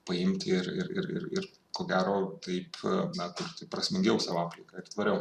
paimti ir ir ir ir ko gero taip na kurti prasmingiau savo aplinką ir tvariau